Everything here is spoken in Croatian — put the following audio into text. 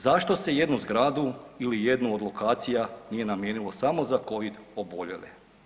Zašto se jednu zgradu ili jednu od lokacije nije namijenilo samo za covid oboljele?